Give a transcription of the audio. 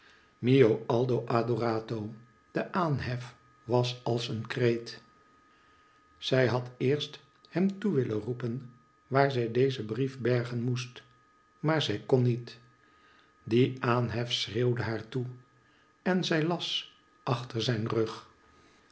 mio aldo adorato de aanhef was als een kreet zij had eerst hem toe willen roepen waar zij dezen brief bergen moest maar zij kon niet die aanhef schreeuwde haar toe en zij las achter zijn rug